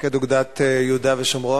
מפקד אוגדת יהודה ושומרון.